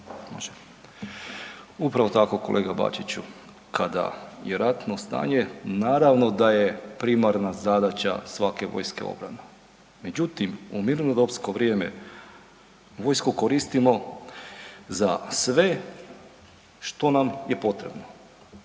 Upravo tako kolega Bačiću. Kada je ratno stanje naravno da je primarna zadaća svake vojske obrana. Međutim u mirnodopsko vrijeme vojsku koristimo za sve što nam je potrebno.